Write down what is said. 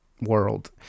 world